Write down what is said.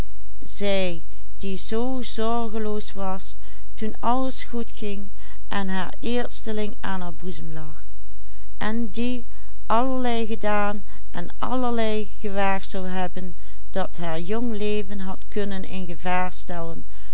haar boezem lag en die allerlei gedaan en allerlei gewaagd zou hebben dat haar jong leven had kunnen in gevaar stellen